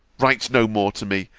write no more to me,